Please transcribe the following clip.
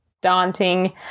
daunting